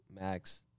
Max